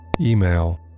email